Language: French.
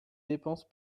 dépense